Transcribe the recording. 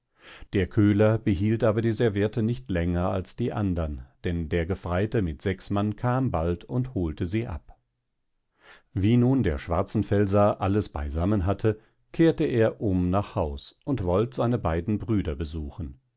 der köhler behielt aber die serviette nicht länger als die andern denn der gefreite mit sechs mann kam bald und holte sie ab wie nun der schwarzenfelser alles beisammen hatte kehrte er um nach haus und wollt seine beiden brüder besuchen